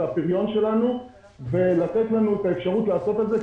אנחנו דנים עכשיו בהצעת חוק דחיית